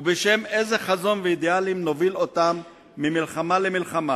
ובשם אילו חזון ואידיאלים נוביל אותם ממלחמה למלחמה